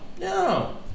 no